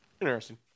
Interesting